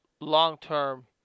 long-term